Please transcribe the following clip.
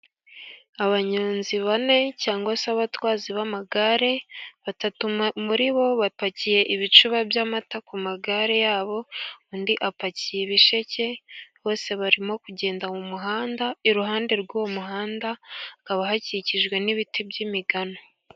Abanyonzi bane cyangwa se abatwazi b'amagare, batatu muri bo bapakiye ibicuba by'amata ku magare yabo, undi apakiye ibisheke, bose barimo kugenda mu muhanda, iruhande rw'uwo muhanda, hakaba hakikijwe n'ibiti by'imigano.